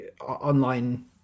online